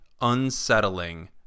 unsettling